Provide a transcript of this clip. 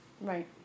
right